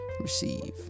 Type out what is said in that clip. receive